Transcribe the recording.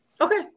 Okay